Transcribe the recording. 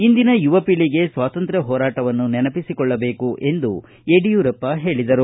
ಇಂದಿನ ಯುವಪೀಳಿಗೆ ಸ್ವಾತಂತ್ರ್ಯ ಹೋರಾಟವನ್ನು ನೆನಪಿಸಿಕೊಳ್ಳಬೇಕು ಎಂದು ಯಡಿಯೂರಪ್ಪ ಹೇಳಿದರು